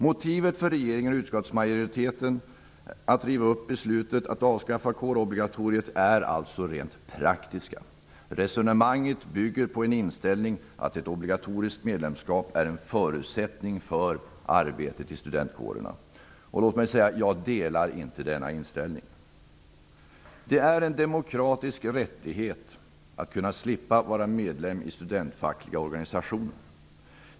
Motivet för regeringen och utskottsmajoriteten att riva upp beslutet om att avskaffa kårobligatoriet är alltså rent praktiskt. Resonemanget bygger på inställningen att ett obligatoriskt medlemskap är en förutsättning för arbetet i studentkårerna. Låt mig säga att jag inte delar denna inställning. Det är en demokratisk rättighet att slippa vara medlem i studentfackliga organisationer.